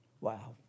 Wow